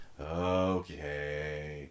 okay